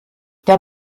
der